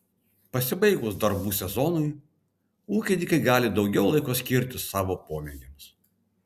pasibaigus darbų sezonui ūkininkai gali daugiau laiko skirti savo pomėgiams